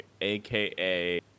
aka